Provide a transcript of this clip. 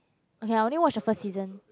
okay lah I only watch the first season